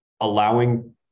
allowing